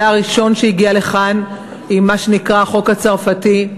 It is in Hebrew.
שהיה הראשון שהגיע לכאן עם מה שנקרא "החוק הצרפתי".